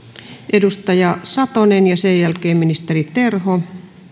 edustaja satonen ja sen jälkeen ministeri terho